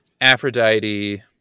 Aphrodite